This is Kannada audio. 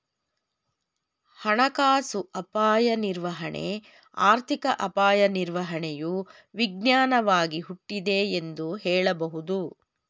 ಹಣಕಾಸು ಅಪಾಯ ನಿರ್ವಹಣೆ ಆರ್ಥಿಕ ಅಪಾಯ ನಿರ್ವಹಣೆಯು ವಿಜ್ಞಾನವಾಗಿ ಹುಟ್ಟಿದೆ ಎಂದು ಹೇಳಬಹುದು